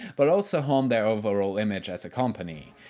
but also harm their overall image as a company.